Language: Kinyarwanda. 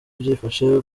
byifashe